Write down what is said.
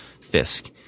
Fisk